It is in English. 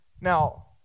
Now